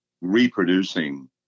reproducing